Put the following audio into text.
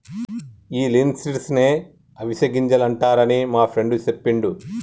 ఈ లిన్సీడ్స్ నే అవిసె గింజలు అంటారని మా ఫ్రెండు సెప్పిండు